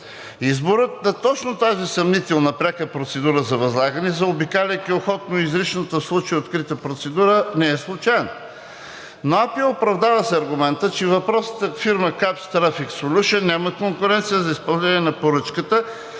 Изборът на точно тази съмнителна пряка процедура за възлагане, заобикаляйки охотно изричната в случая открита процедура, не е случайно. Но АПИ я оправдава с аргумента, че въпросната фирма „Капш Трафик Солюшънс“ няма конкуренция за изпълнение на поръчката